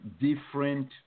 different